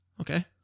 Okay